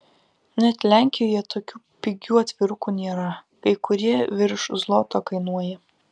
net lenkijoje tokių pigių atvirukų nėra kai kurie virš zloto kainuoja